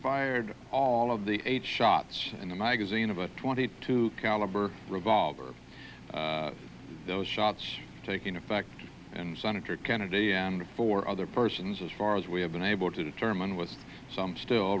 fired all of the eight shots in the magazine of a twenty two caliber revolver those shots taking effect and senator kennedy and four other persons as far as we have been able to determine with some still